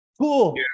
cool